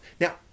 now